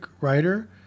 writer